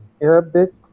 Arabic